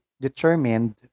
determined